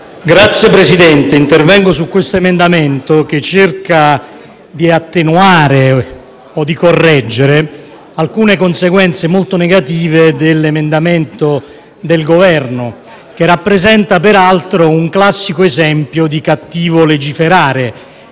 Signor Presidente, intervengo sull'emendamento 10.0.1000/2 che cerca di attenuare o di correggere alcune conseguenze molto negative dell'emendamento del Governo, che rappresenta peraltro un classico esempio di cattivo legiferare,